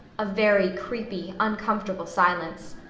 a very creepy, uncomfortable silence.